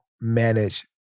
manage